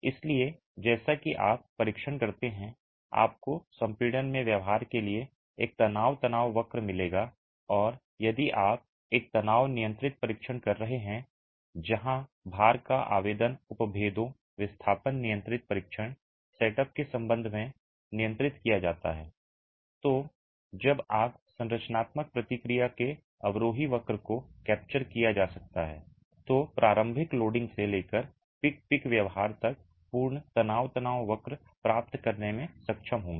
इसलिए जैसा कि आप परीक्षण करते हैं आपको संपीड़न में व्यवहार के लिए एक तनाव तनाव वक्र मिलेगा और यदि आप एक तनाव नियंत्रित परीक्षण कर रहे हैं जहां भार का आवेदन उपभेदों विस्थापन नियंत्रित परीक्षण सेटअप के संदर्भ में नियंत्रित किया जाता है तो जब आप संरचनात्मक प्रतिक्रिया के अवरोही वक्र को कैप्चर किया जा सकता है तो प्रारंभिक लोडिंग से लेकर पीक पीक व्यवहार तक पूर्ण तनाव तनाव वक्र प्राप्त करने में सक्षम होंगे